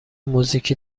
موزیکی